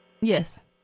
Yes